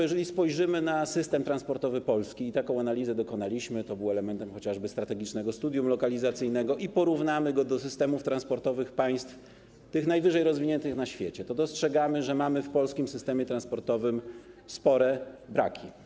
Jeżeli spojrzymy na system transportowy Polski - takiej analizy dokonaliśmy, to było elementem chociażby strategicznego studium lokalizacyjnego - i porównamy go z systemami transportowymi państw najwyżej rozwiniętych na świecie, to dostrzegamy, że w polskim systemie transportowym mamy spore braki.